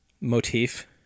motif